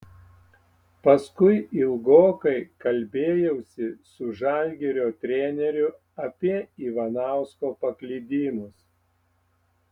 paskui ilgokai kalbėjausi su žalgirio treneriu apie ivanausko paklydimus